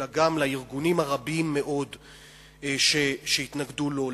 אלא גם לארגונים הרבים מאוד שהתנגדו לו,